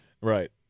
right